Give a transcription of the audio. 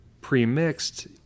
pre-mixed